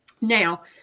Now